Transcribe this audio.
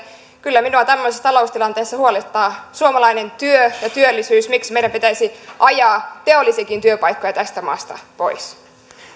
kyllä minua tämmöisessä taloustilanteessa huolettaa suomalainen työ ja työllisyys miksi meidän pitäisi ajaa teollisiakin työpaikkoja tästä maasta pois